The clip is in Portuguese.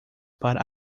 para